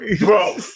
Bro